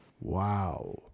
Wow